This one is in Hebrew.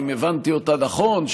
אם הבנתי אותה נכון,